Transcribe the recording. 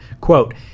quote